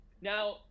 Now